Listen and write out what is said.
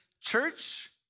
church